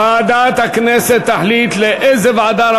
ועדת הכנסת תחליט לאיזה ועדה,